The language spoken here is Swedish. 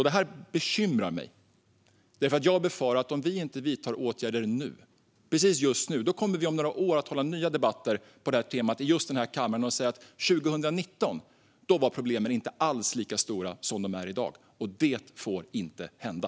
Detta bekymrar mig därför att jag befarar att om vi inte vidtar åtgärder nu - precis just nu - kommer vi om några år att hålla nya debatter på detta tema i just denna kammare och säga: År 2019 var problemen inte alls lika stora som de är i dag. Detta får inte hända.